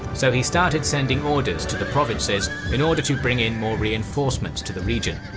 so he started sending orders to the provinces in order to bring in more reinforcements to the region.